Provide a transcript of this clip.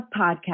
podcast